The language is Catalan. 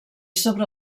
sobre